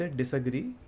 disagree